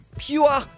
Pure